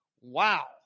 Wow